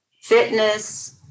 fitness